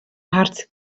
hart